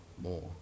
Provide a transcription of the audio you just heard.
more